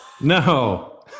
No